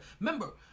Remember